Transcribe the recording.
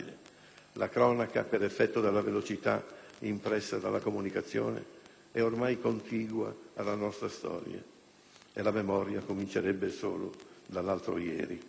la cronaca, per effetto della velocità impressa dalla comunicazione, è ormai contigua alla nostra storia. E la memoria comincerebbe solo dall'altro ieri.